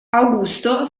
augusto